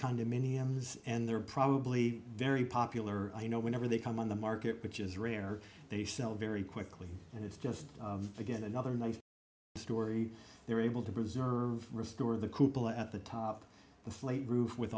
condominiums and they're probably very popular you know whenever they come on the market which is rare they sell very quickly and it's just again another nice story they were able to preserve restore the kubel at the top the slate roof with